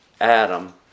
Adam